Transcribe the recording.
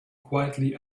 quietly